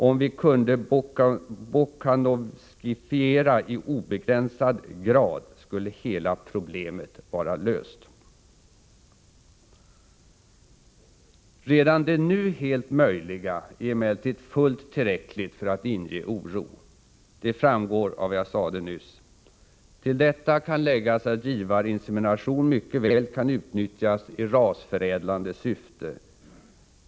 Om vi kunde bokanovskifiera i obegränsad grad, skulle hela problemet vara löst.” Redan det nu helt möjliga är emellertid fullt tillräckligt för att inge oro. Det framgår av vad jag sade nyss. Till detta kan läggas att givarinsemination mycket väl kan utnyttjas i rasförädlande syfte.